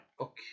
okay